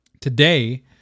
today